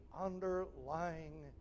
underlying